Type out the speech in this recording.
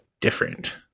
different